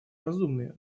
разумные